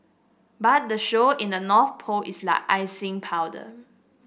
but the show in the North Pole is like icing powder